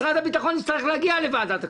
משרד הביטחון יצטרך להגיע לוועדת הכספים.